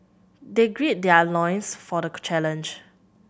they gird their loins for the challenge